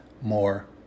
more